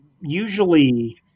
usually